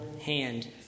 hand